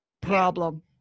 problem